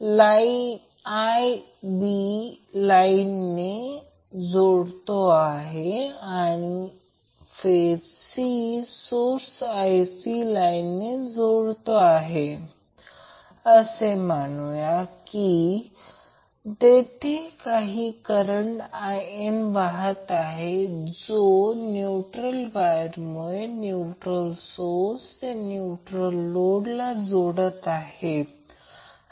एक लहान उदाहरण घ्या सेट व्होल्टेजचा फेज सिक्वेन्स निश्चित करा Van 200 cos ω t 10 o Vbn 200 cos ω t 230 o आणि Vcn 200 cos ω t 110 o 110 o दिले आहे